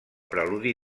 preludi